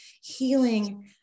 healing